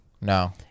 No